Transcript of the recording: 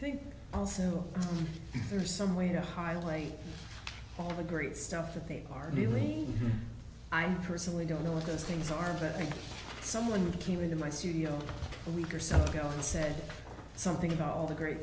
i think also there's some way to hide away all the great stuff that they are dealing i'm personally don't know what those things are that someone came into my studio week or so ago and said something about all the great